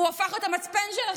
לעשות